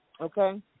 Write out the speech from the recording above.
okay